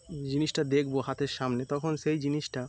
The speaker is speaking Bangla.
জিনিসটা দেখবো হাতের সামনে তখন সেই জিনিসটা